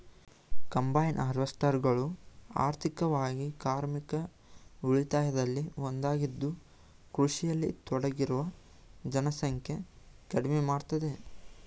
combine ಹಾರ್ವೆಸ್ಟರ್ಗಳು ಆರ್ಥಿಕವಾಗಿ ಕಾರ್ಮಿಕ ಉಳಿತಾಯದಲ್ಲಿ ಒಂದಾಗಿದ್ದು ಕೃಷಿಯಲ್ಲಿ ತೊಡಗಿರುವ ಜನಸಂಖ್ಯೆ ಕಡಿಮೆ ಮಾಡ್ತದೆ